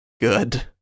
good